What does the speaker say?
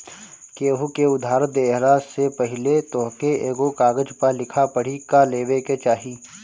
केहू के उधार देहला से पहिले तोहके एगो कागज पअ लिखा पढ़ी कअ लेवे के चाही